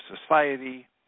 society